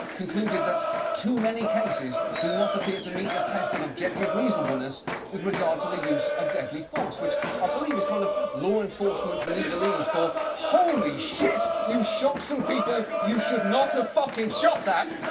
concluded that too many cases do not appear to meet the test of objective reasonableness with regard to the use of deadly force. which i ah believe is kind of law enforcement legalese for holy shit! you shot some people you should not have fucking shot at.